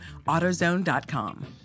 AutoZone.com